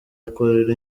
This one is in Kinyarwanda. ukorera